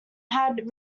had